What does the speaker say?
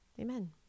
amen